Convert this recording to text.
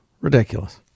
Ridiculous